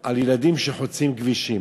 על ילדים שחוצים כבישים,